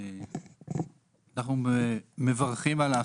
אנחנו מברכים על האכיפה.